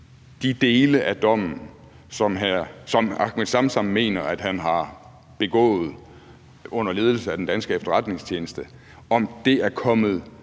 de dele af dommen, som Ahmed Samsam mener han har begået under ledelse af den danske efterretningstjeneste, er sande, og om det